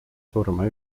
surma